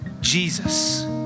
Jesus